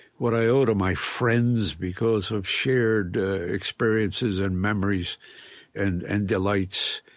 what i owe to my friends because of shared experiences and memories and and delights,